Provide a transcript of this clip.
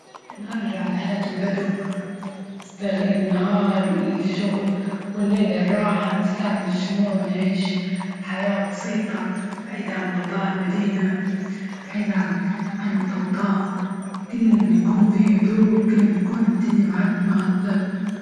نرجع لحياة البدو نستغل النهار للشغل والليل الراحة نستعمل الشموع ونعيش حياة بسيطة بعيدة عن ضوضاء المدينة بعيد عن عن الضوضاء كل ما يكون في هدوء كل ما يكون الدنيا معرت ما اقصر